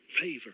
Favor